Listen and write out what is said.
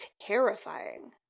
terrifying